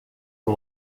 son